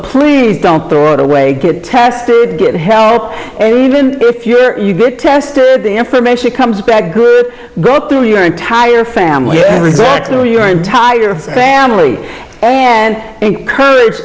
please don't throw it away get tested get help and even if you're tested the information comes back good go through your entire family through your entire family and encourage